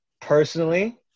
personally